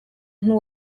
umuntu